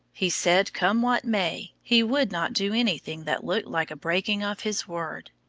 he said, come what may, he would not do any thing that looked like a breaking of his word.